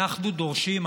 אנחנו דורשים,